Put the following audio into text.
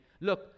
look